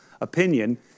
opinion